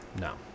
No